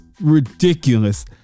ridiculous